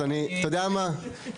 אז אתה יודע מה?